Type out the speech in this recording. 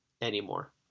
anymore